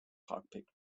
cockpit